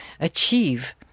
achieve